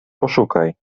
poszukaj